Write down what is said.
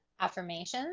Affirmations